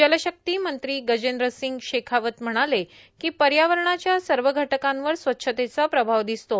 जलशक्ती मंत्री गजेंद्र सिंग शेखावत म्हणाले की पर्यावरणाच्या सर्व घटकांवर स्वच्छतेचा प्रभाव दिसतो